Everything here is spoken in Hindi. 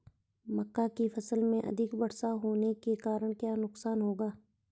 मक्का की फसल में अधिक वर्षा होने के कारण क्या नुकसान होगा?